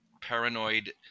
paranoid